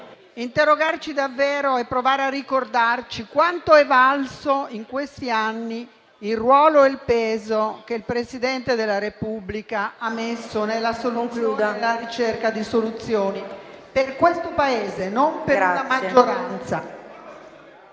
interrogarci davvero e provare a ricordarci quanto è valso in questi anni il ruolo e il peso che il Presidente della Repubblica ha messo nella soluzione e nella ricerca di soluzioni per questo Paese, non per la maggioranza.